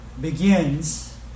begins